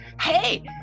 hey